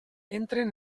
entren